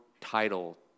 title